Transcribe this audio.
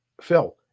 Phil